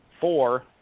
four